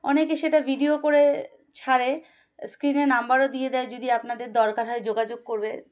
অনেকে সেটা ভিডিও করে ছাড়ে স্ক্রিনে নাম্বারও দিয়ে দেয় যদি আপনাদের দরকার হয় যোগাযোগ করবে